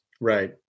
Right